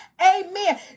Amen